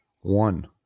one